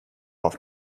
auf